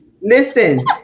listen